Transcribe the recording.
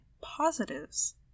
Positives